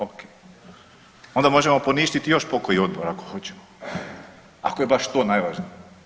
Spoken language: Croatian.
Ok, onda možemo poništiti još pokoji odbor ako hoćemo, ako je baš to najvažnije.